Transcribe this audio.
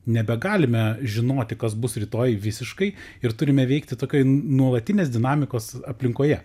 nebegalime žinoti kas bus rytoj visiškai ir turime veikti tokioj nuolatinės dinamikos aplinkoje